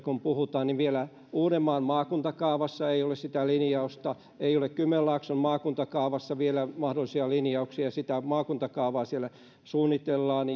kun puhutaan niin vielä ei uudenmaan maakuntakaavassa ole sitä linjausta ei ole kymenlaakson maakuntakaavassa vielä mahdollisia linjauksia sitä maakuntakaavaa siellä suunnitellaan